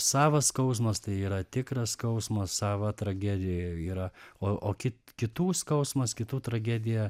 savas skausmas tai yra tikras skausmas sava tragedija yra o o kit kitų skausmas kitų tragedija